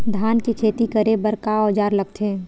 धान के खेती करे बर का औजार लगथे?